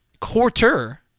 quarter